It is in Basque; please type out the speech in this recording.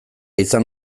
izan